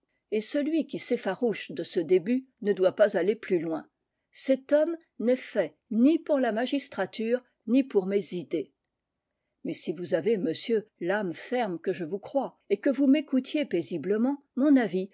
et celui qui s'effarouche de ce début ne doit pas aller plus loin cet homme n'est fait ni pour la magistrature ni pour mes idées mais si vous avez monsieur l'âme ferme que je vous crois et que vous m'écoutiez paisiblement mon avis